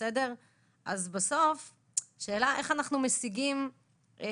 בסוף השאלה היא איך אנחנו משיגים אכיפה,